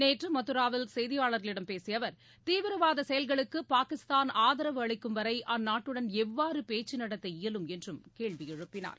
நேற்று மதராவில் செய்தியாளர்களிடம் பேசிய அவர் தீவிரவாத செயல்களுக்கு பாகிஸ்தான் ஆதரவு அளிக்கும் வரை அந்நாட்டுடன் எவ்வாறு பேச்சு நடத்த இயலும் என்றும் கேள்வி எழுப்பினார்